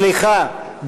סליחה,